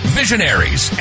visionaries